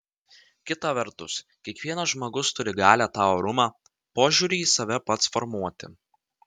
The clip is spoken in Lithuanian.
kita vertus kiekvienas žmogus turi galią tą orumą požiūrį į save pats formuoti